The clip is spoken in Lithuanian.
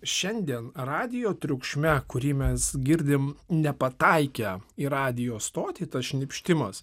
šiandien radijo triukšme kurį mes girdim nepataikę į radijo stotį tas šnypštimas